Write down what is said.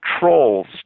trolls